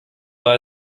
war